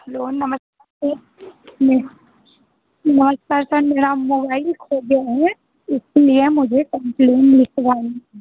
hello नमस्ते मैं नमस्कार सर मेरा मोबाईल खो गया है इसलिए मुझे कॉम्प्लेन लिखवानी है